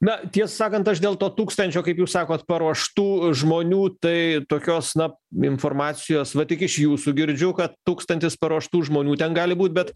na tiesą sakant aš dėl to tūkstančio kaip jūs sakot paruoštų žmonių tai tokios na informacijos va tik iš jūsų girdžiu kad tūkstantis paruoštų žmonių ten gali būt bet